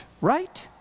right